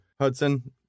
Hudson